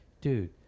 dude